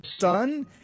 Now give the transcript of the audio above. Son